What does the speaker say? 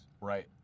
Right